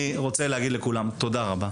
אני רוצה לומר תודה לכולם.